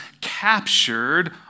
captured